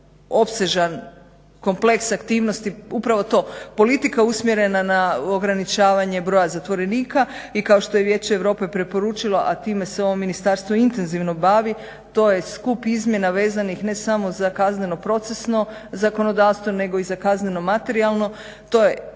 opsežan, kompleks aktivnosti, upravo to, politika usmjerena na ograničavanje broja zatvorenika. I kao što je Vijeće Europe preporučilo a time se ovo ministarstvo intenzivno bavi to je skup izmjena vezanih ne samo za kazneno procesno zakonodavstvo nego i za kazneno materijalno. To je